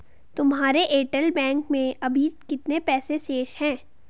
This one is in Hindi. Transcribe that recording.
तुम्हारे एयरटेल बैंक में अभी कितने पैसे शेष हैं?